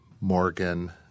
Morgan